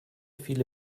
viele